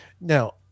Now